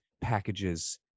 packages